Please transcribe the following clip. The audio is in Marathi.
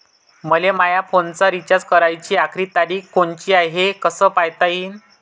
मले माया फोनचा रिचार्ज कराची आखरी तारीख कोनची हाय, हे कस पायता येईन?